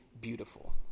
beautiful